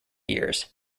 years